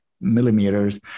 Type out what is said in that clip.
Millimeters